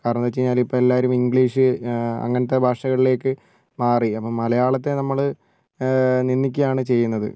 കാരണെന്താ വെച്ച് കഴിഞ്ഞാൽ ഇപ്പോൾ എല്ലാവരും ഇംഗ്ലീഷ് അങ്ങനത്തെ ഭാഷകളിലേക്ക് മാറി അപ്പോൾ മലയാളത്തെ നമ്മൾ നിന്ദിക്കാണ് ചെയ്യുന്നത്